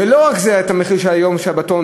ולא רק את העלות של יום השבתון,